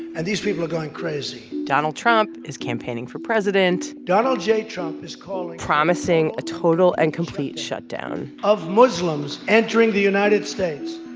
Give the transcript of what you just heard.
and these people are going crazy. donald trump is campaigning for president donald j. trump is calling. promising a total and complete shutdown. of muslims entering the united states.